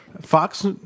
Fox